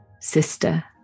sister